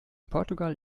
portugal